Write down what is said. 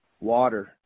water